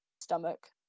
stomach